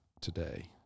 today